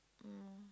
um